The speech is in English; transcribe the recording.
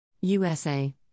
USA